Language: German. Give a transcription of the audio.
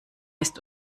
ist